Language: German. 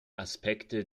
aspekte